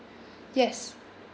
yes